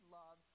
love